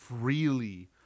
freely